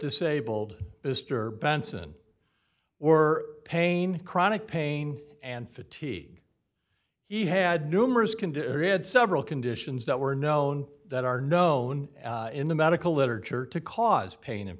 disabled mr benson were pain chronic pain and fatigue he had numerous can do it had several conditions that were known that are known in the medical literature to cause pain and